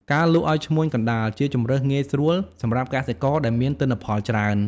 ការលក់ឱ្យឈ្មួញកណ្តាល ជាជម្រើសងាយស្រួលសម្រាប់កសិករដែលមានទិន្នផលច្រើន។